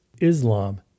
Islam